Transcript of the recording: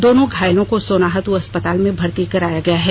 दोनों घायलों को सोनाहातू अस्पताल में भर्ती कराया गया है